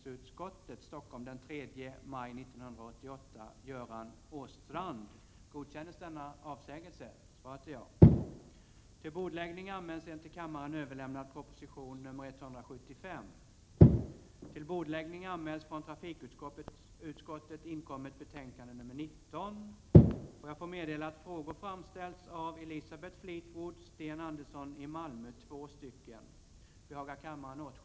Vidare har moderata samlingspartiets partigrupp som suppleant i arbetsmarknadsutskottet under Bengt Wittboms ledighet anmält hans ersättare Sten Söderpalm-Berndes.